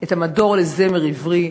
את המדור לזמר עברי,